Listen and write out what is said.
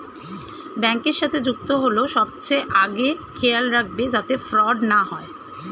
ব্যাংকের সাথে যুক্ত হল সবচেয়ে আগে খেয়াল রাখবে যাতে ফ্রড না হয়